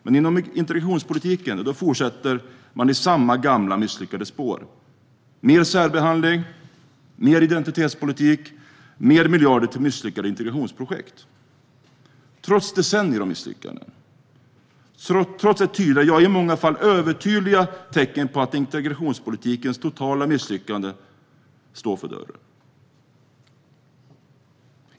Men inom integrationspolitiken fortsätter man i samma, gamla, misslyckade spår med mer särbehandling, mer identitetspolitik, mer miljarder till misslyckade integrationsprojekt, trots decennier av misslyckanden, trots allt tydligare - ja, i många fall övertydliga - tecken på att integrationspolitikens totala misslyckande står för dörren.